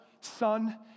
Son